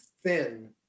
thin